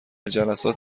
جلسات